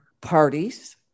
parties